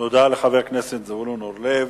תודה לחבר הכנסת זבולון אורלב.